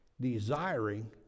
desiring